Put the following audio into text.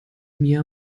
mir